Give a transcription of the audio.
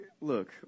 look